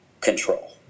control